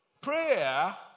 prayer